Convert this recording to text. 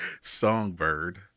songbird